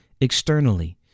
externally